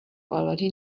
already